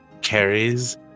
carries